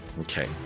Okay